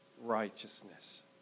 righteousness